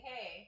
Hey